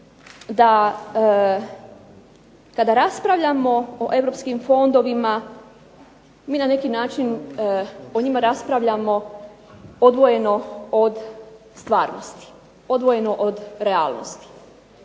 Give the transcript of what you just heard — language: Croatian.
da kada raspravljamo o Europskim fondovima mi na neki način o njima raspravljamo odvojeno od stvarnosti, odvojeno od realnosti.